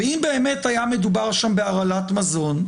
ואם באמת היה מדובר שם בהרעלת מזון,